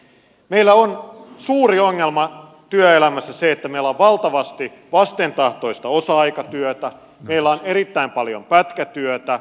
meillä on suuri ongelma työelämässä se että meillä on valtavasti vastentahtoista osa aikatyötä meillä on erittäin paljon pätkätyötä